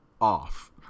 off